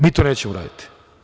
Mi to nećemo uraditi.